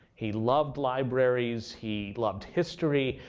he loved libraries. he loved history.